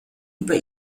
über